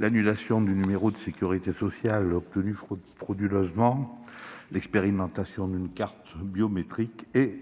l'annulation du numéro de sécurité sociale obtenu frauduleusement, l'expérimentation d'une carte biométrique et